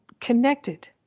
connected